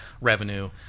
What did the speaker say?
revenue